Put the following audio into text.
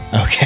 Okay